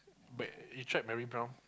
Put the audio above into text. but you tried Mary-Brown